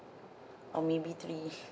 or maybe three